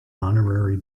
honorary